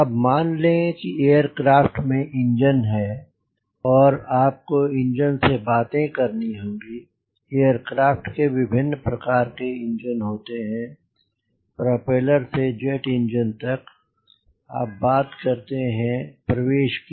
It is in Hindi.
अब मान लें कि एयरक्राफ़्ट में इंजन है आपको इंजन से बातें करनी होंगी एयरक्राफ़्ट के विभिन्न प्रकार के इंजन होते हैं प्रोपेलर से लेकर जेट इंजन तक आप बात करते हैं प्रवेश की